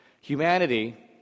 Humanity